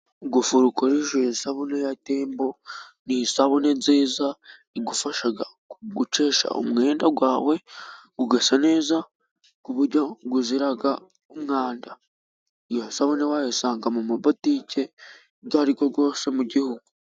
Gufuro ukoresheje isabune ya tembo, ni isabune nziza igufasha gukesha umwenda wawe, ugasa neza ku buryo uzira umwanda. Iyo sabune wayisanga mu ma botike, ayo ari yose mu gihugu.